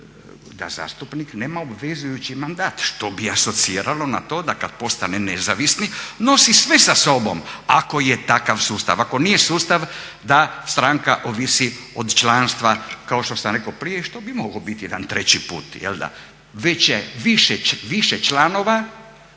da zastupnik nema obvezujući mandat što bi asociralo na to da kad postane nezavisni nosi sve sa sobom ako je takav sustav, ako nije sustav da stranka ovisi od članstva kao što sam rekao prije što bi mogao biti jedan treći put. Već više članova